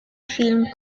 film